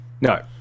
No